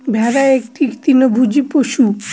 ভেড়া একটি তৃণভোজী পশু